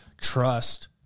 Trust